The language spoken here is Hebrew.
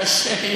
בבקשה.